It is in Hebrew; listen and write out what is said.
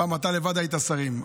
פעם אתה לבד היית שרים,